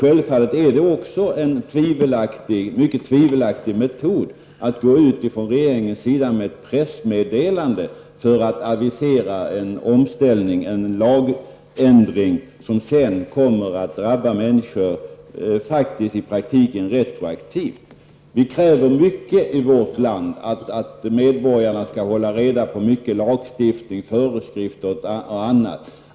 Självfallet är det en tvivelaktig metod att regeringen i ett pressmeddelande aviserar en lagändring, som i praktiken kommer att drabba människor retroaktivt. Vi kräver att medborgarna i vårt land skall hålla reda på många lagar, föreskrifter och annat.